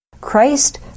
Christ